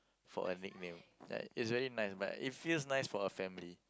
for a nickname ya it's very nice but it feels nice for a family